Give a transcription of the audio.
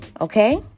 Okay